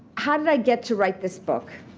how did i get to write this book?